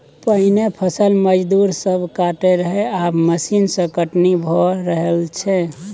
पहिने फसल मजदूर सब काटय रहय आब मशीन सँ कटनी भए रहल छै